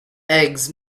eggs